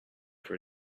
for